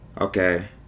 Okay